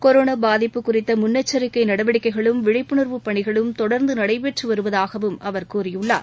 corona பாதிப்பு குறித்த முன்னெச்சரிக்கை நடவடிக்கைகளும் விழிப்புணர்வு பணிகளும் தொடர்ந்து நடைபெற்று வருவதாகவும் அவர் கூறியுள்ளார்